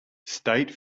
state